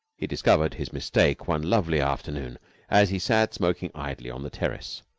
he discovered his mistake one lovely afternoon as he sat smoking idly on the terrace.